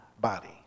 body